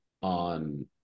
on